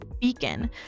beacon